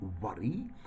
worry